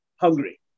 hungry